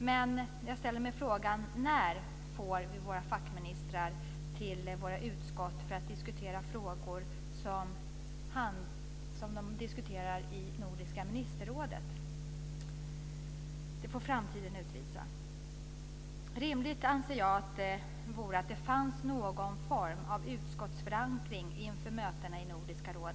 Men jag ställer mig frågan: När kommer våra fackministrar till utskotten för att diskutera frågor som man diskuterar i Nordiska ministerrådet? Det får framtiden utvisa. Rimligt vore, anser jag, att det fanns någon form av utskottsförankring inför mötena i Nordiska rådet.